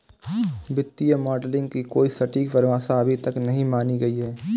वित्तीय मॉडलिंग की कोई सटीक परिभाषा अभी तक नहीं मानी गयी है